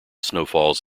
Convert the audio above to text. snowfalls